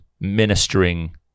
ministering